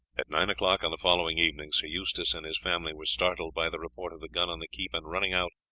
at nine o'clock on the following evening sir eustace and his family were startled by the report of the gun on the keep, and, running out,